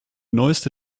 neueste